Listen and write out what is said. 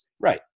Right